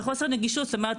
ונגישות.